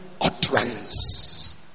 utterance